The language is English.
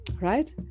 right